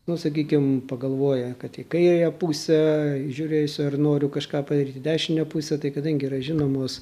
nu sakykim pagalvoję kad į kairę pusę žiūrėsiu ar noriu kažką padaryti į dešinę pusę tai kadangi yra žinomos